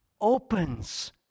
opens